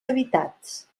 habitats